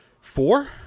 Four